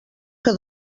que